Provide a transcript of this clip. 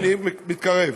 אני מתקרב.